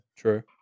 true